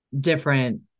different